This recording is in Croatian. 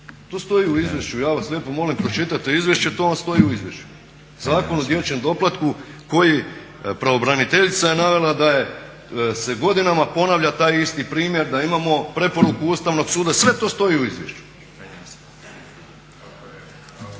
to stoji u izvješću. Ja vas lijepo molim pročitajte izvješće. To vam stoji u izvješću. Zakon o dječjem doplatku koji pravobraniteljica je navela da se godinama ponavlja taj isti primjer da imamo preporuku Ustavnog suda, sve to stoji u izvješću.